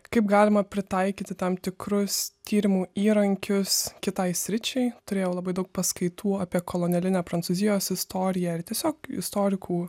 kaip galima pritaikyti tam tikrus tyrimų įrankius kitai sričiai turėjau labai daug paskaitų apie kolonilinę prancūzijos istoriją ir tiesiog istorikų